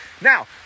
Now